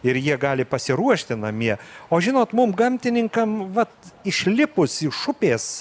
ir jie gali pasiruošti namie o žinot mum gamtininkam vat išlipus iš upės